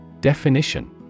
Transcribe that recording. Definition